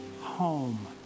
home